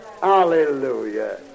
Hallelujah